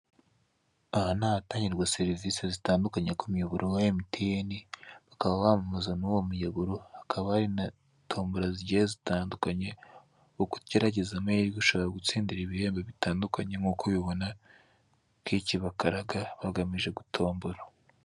Aha ni ahatangirwa serivisi zitandukanye ku muyoboro wa Mtn, bakaba wamamaza muri uwo muyoboro hakaba hari n'atombora zigiye zitandukanye uko ugerageza amahirwe ushobora gutsindira ibihembo nkuko kuri iki bakaraga bagamije gutombora.